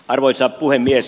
arvoisa puhemies